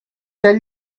tell